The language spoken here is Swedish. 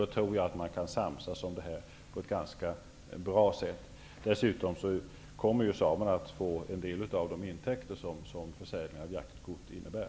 Jag tror att man kan samsas ganska bra här. Dessutom kommer samerna att få en del av de intäkter som försäljningen av jaktkort ger.